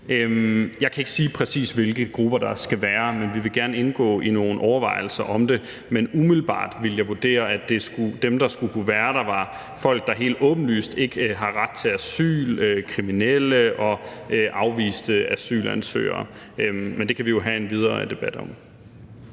Jeg kan ikke sige, præcis hvilke grupper det skal være, men vi vil gerne indgå i nogle overvejelser om det. Umiddelbart ville jeg vurdere, at dem, der skulle kunne være der, var folk, der helt åbenlyst ikke har ret til asyl, kriminelle og afviste asylansøgere. Men det kan vi jo have en videre debat om.